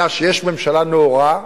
היה שיש ממשלה נאורה,